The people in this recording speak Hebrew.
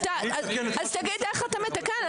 אז תגיד איך אתה מתקן.